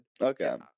Okay